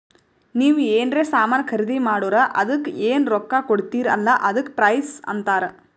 ನೀವ್ ಎನ್ರೆ ಸಾಮಾನ್ ಖರ್ದಿ ಮಾಡುರ್ ಅದುಕ್ಕ ಎನ್ ರೊಕ್ಕಾ ಕೊಡ್ತೀರಿ ಅಲ್ಲಾ ಅದಕ್ಕ ಪ್ರೈಸ್ ಅಂತಾರ್